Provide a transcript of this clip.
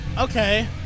Okay